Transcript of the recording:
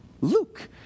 Luke